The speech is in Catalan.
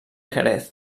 jerez